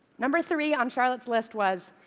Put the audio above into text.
number three on charlotte's list was,